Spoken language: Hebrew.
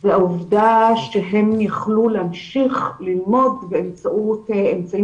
זו העובדה שהם יכלו להמשיך ללמוד באמצעות אמצעים